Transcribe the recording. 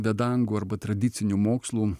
vedangų arba tradicinių mokslų